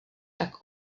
tak